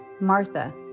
Martha